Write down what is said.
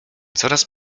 coraz